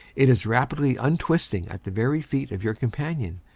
it is rapidly untwisting at the very feet of your companion,